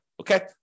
Okay